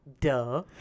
Duh